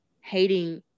hating